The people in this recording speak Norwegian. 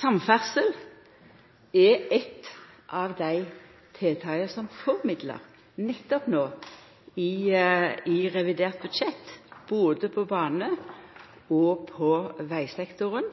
Samferdsel er eit av dei tiltaka som får midlar no i revidert budsjett, både bane- og vegsektoren.